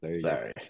Sorry